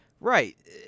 Right